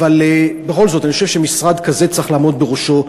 אבל בכל זאת אני חושב שבראש משרד כזה צריך לעמוד שר.